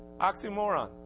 Oxymoron